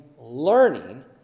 learning